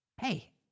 hey